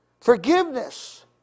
Forgiveness